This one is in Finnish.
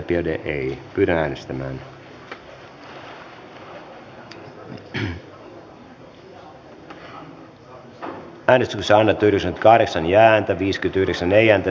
eva biaudet on johanna ojala niemelän kannattamana ehdottanut että pykälä hyväksytään vastalauseen mukaisena